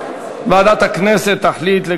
לדיון מוקדם בוועדה שתקבע ועדת הכנסת נתקבלה.